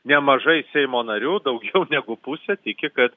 nemažai seimo narių daugiau negu pusė tiki kad